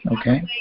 Okay